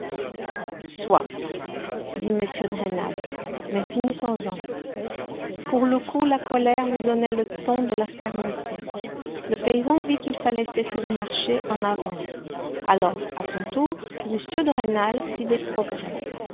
soit dit m de rênal mais finissons-en pour le coup la colère lui donnait le ton de la fermeté le paysan vit qu'il fallait cesser de marcher en avant alors à son tour m de rênal fit des progrès